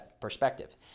perspective